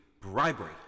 bribery